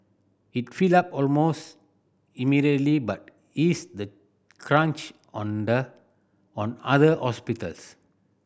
it filled up almost immediately but eased the crunch on the on other hospitals